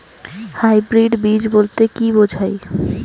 Hybrid বীজ বলতে কী বোঝায়?